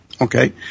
okay